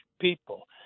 people